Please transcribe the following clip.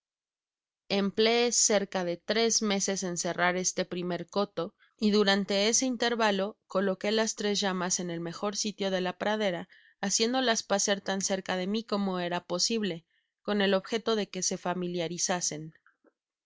empleé cerca de tres meses en cerrar este primer coto y durante ese inlérvalo coloqué las tres llamas en el mejor sitio de la pradera haciéndolas pacer tan cerca de mi como era posible con el objeto de que se familiarizasen con